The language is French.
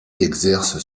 exerce